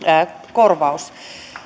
korvaus